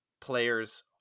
players